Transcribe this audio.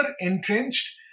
entrenched